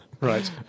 right